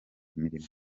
imirimo